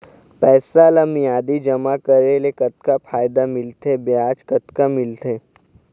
पैसा ला मियादी जमा करेले, कतक फायदा मिलथे, ब्याज कतक मिलथे?